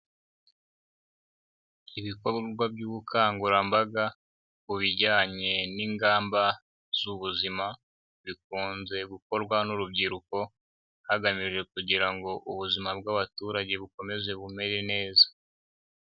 Ibikorwa by'ubukangurambaga, ku bijyanye n'ingamba z'ubuzima, bikunze gukorwa n'urubyiruko, hagamijwe kugira ngo ubuzima bw'abaturage bukomeze bumere neza.